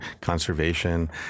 conservation